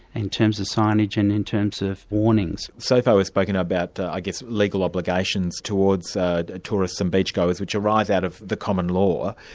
in terms of signage and in terms of warnings. so far we've spoken about i guess legal obligations towards ah tourists and beachgoers which arise out of the common law.